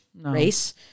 race